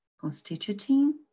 constituting